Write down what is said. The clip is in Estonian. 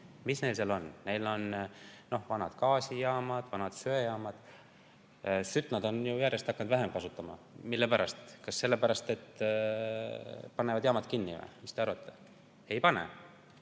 Mis neil seal on? Neil on vanad gaasijaamad, vanad söejaamad. Sütt on nad ju hakanud järjest vähem kasutama. Mille pärast? Kas sellepärast, et nad panevad jaamad kinni, või mis te arvate? Ei pane.